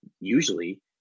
usually